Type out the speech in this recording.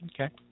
Okay